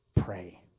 pray